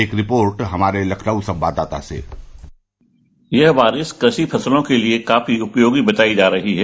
एक रिपोर्ट हमारे लखनऊ संवाददाता से यह बारिश कृषि फसलो के लिए काफी उपयोगी बताई जा रही है